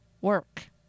work